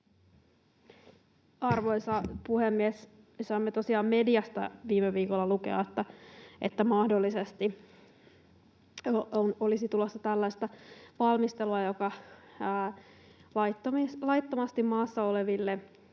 Arvoisa puhemies! Saimme tosiaan mediasta viime viikolla lukea, että mahdollisesti olisi tulossa tällaista valmistelua, jossa laittomasti maassa oleville